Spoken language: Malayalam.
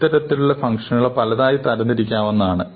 ഇത്തരത്തിൽ ഈ ഫങ്ക്ഷനുകളെ പലതരത്തിലുള്ളയായി തരംതിരിക്കാവുന്നതാണ്